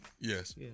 Yes